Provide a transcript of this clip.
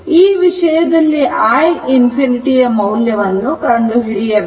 ಈ ವಿಷಯದಲ್ಲಿ i ∞ ಮೌಲ್ಯವನ್ನು ಕಂಡುಹಿಡಿಯಬೇಕು